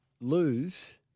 lose